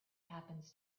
happens